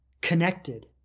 connected